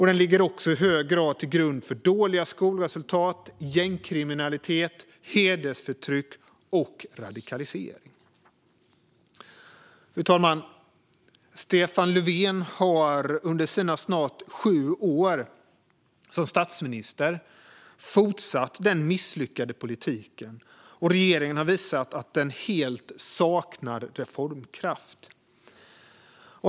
Den ligger också i hög grad till grund för dåliga skolresultat, gängkriminalitet, hedersförtryck och radikalisering. Fru talman! Stefan Löfven har under sina snart sju år som statsminister fortsatt den misslyckade politiken, och regeringen har visat att den helt saknar reformkraft.